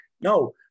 no